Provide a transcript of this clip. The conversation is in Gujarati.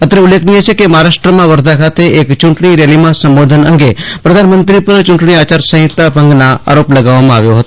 અત્રે ઉલ્લેખનીય છે કે મહારાષ્ટ્રમાં વર્ધા ખાતે એક ચુંટણી રેલીમાં સંબોધન અંગે પ્રધાનમંત્રી પર યુંટણી આચાર સંહિતાના ભંગના આરોપ લગાવવામાં આવ્યો હતો